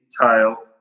tile